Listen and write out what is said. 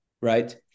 right